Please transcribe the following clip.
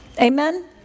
Amen